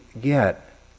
get